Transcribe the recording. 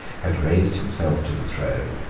had raised himself to the throne,